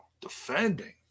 defending